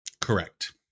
Correct